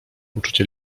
uczucie